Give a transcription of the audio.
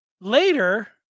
later